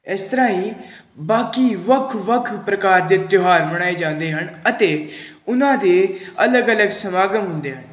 ਇਸ ਤਰ੍ਹਾਂ ਹੀ ਬਾਕੀ ਵੱਖ ਵੱਖ ਪ੍ਰਕਾਰ ਦੇ ਤਿਉਹਾਰ ਮਨਾਏ ਜਾਂਦੇ ਹਨ ਅਤੇ ਉਨ੍ਹਾਂ ਦੇ ਅਲੱਗ ਅਲੱਗ ਸਮਾਗਮ ਹੁੰਦੇ ਹਨ